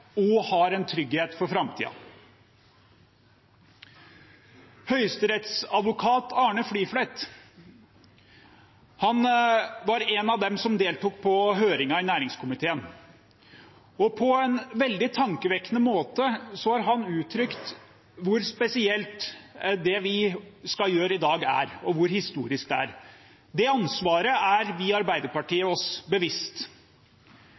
også har en trygghet for framtiden. Høyesterettsadvokat Arne Fliflet var en av dem som deltok på høringen i næringskomiteen, og på en veldig tankevekkende måte har han uttrykt hvor spesielt det er det vi skal gjøre i dag, og hvor historisk det er. Det ansvaret er vi i Arbeiderpartiet oss bevisst.